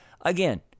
again